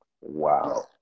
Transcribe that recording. Wow